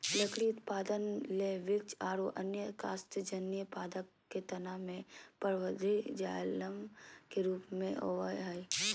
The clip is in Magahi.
लकड़ी उत्पादन ले वृक्ष आरो अन्य काष्टजन्य पादप के तना मे परवर्धी जायलम के रुप मे होवअ हई